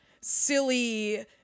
silly